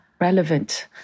relevant